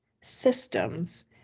systems